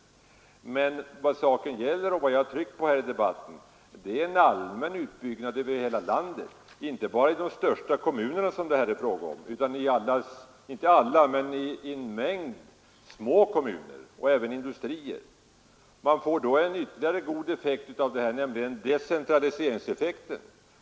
Men vad saken gäller och vad jag har tryckt på i debatten är en allmän utbyggnad över hela landet — inte bara i de största kommunerna, som det här är fråga om, utan i en mängd små kommuner och även industrier. Man får då ytterligare en god effekt av detta, nämligen decentraliseringseffekten.